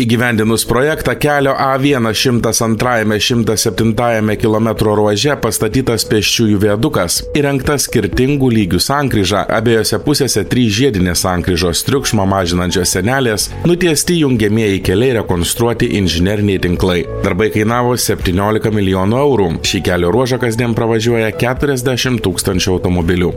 įgyvendinus projektą kelio a vienas šimtas antrajame šimtas septintajame kilometro ruože pastatytas pėsčiųjų viadukas įrengta skirtingų lygių sankryža abiejose pusėse trys žiedinės sankryžos triukšmą mažinančios sienelės nutiesti jungiamieji keliai rekonstruoti inžineriniai tinklai darbai kainavo septyniolika milijonų eurų šį kelio ruožą kasdien pravažiuoja keturiasdešim tūkstančių automobilių